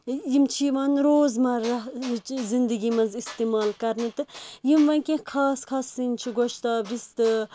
یِم چھ یِوان روزمَرَہ چہِ زِندَگی منٛز اِستعمال کَرنہ تہٕ یِم وۄنۍ کیٚنٛہہ خاص خاص سیٚنۍ چھِ گۄشتاب رِستہٕ